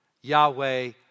Yahweh